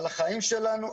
על החיים שלנו,